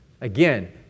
Again